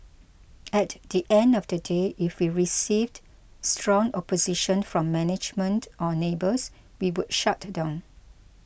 at the end of the day if we received strong opposition from management or neighbours we would shut down